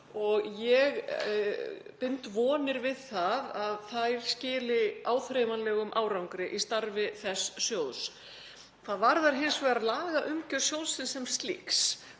og ég bind vonir við að þær skili áþreifanlegum árangri í starfi þess sjóðs. Hvað varðar hins vegar lagaumgjörð sjóðsins sem slíks